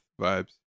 vibes